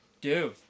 dude